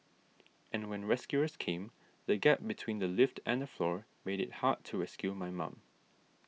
and when rescuers came the gap between the lift and the floor made it hard to rescue my mum